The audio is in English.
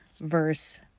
verse